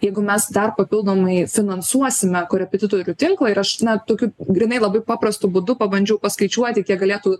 jeigu mes dar papildomai finansuosime korepetitorių tinklą ir aš na tokiu grynai labai paprastu būdu pabandžiau paskaičiuoti kiek galėtų